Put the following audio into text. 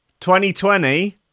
2020